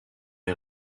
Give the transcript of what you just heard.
est